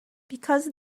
because